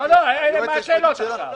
לא, מה השאלות עכשיו?